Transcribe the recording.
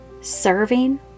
serving